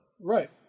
Right